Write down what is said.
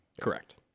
Correct